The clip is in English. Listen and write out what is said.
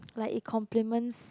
like in complements